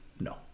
No